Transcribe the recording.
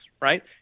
right